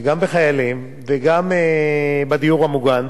גם בחיילים וגם בדיור המוגן.